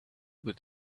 with